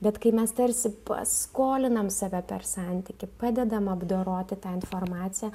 bet kai mes tarsi paskolinam save per santykį padedam apdoroti tą informaciją